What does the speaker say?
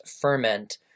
ferment